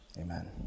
Amen